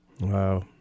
Wow